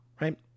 right